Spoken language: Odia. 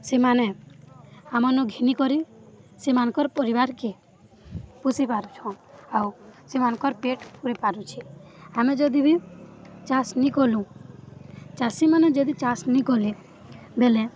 ସେମାନେ ଆମନ ଘିନୀ କରି ସେମାନଙ୍କର ପରିବାରକେ ପୋଷି ପାରୁଛନ୍ ଆଉ ସେମାନଙ୍କର ପେଟ ପୁ ପାରୁଛେ ଆମେ ଯଦି ବି ଚାଷ୍ ନାଇଁ କଲୁ ଚାଷୀମାନେ ଯଦି ଚାଷ୍ ନାଇଁ କଲେ ବେଲେ